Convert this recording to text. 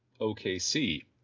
OKC